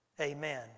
Amen